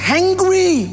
angry